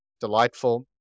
delightful